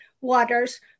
waters